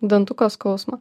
dantuko skausmą